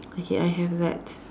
okay I have that